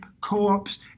co-ops